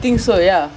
or like